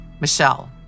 Michelle